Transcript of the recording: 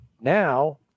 Now